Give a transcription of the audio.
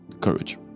courage